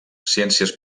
ciències